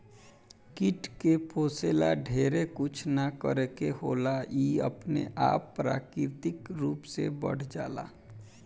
कीट के पोसे ला ढेरे कुछ ना करे के होला इ अपने आप प्राकृतिक रूप से बढ़ जाला